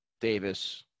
Davis